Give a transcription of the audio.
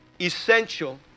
essential